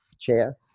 chair